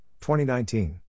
2019